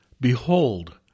Behold